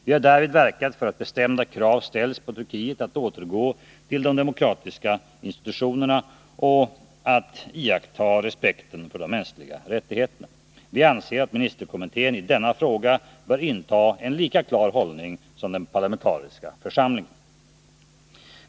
Vi har därvid verkat för att bestämda krav ställs på Turkiet att återgå till de demokratiska institutionerna och iaktta respekten för de mänskliga rättigheterna. Vi anser att ministerkommittén i denna fråga bör inta en lika klar hållning som den parlamentariska församlingen.